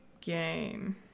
game